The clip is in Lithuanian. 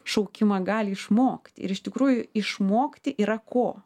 šaukimą gali išmokt ir iš tikrųjų išmokti yra ko